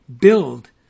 build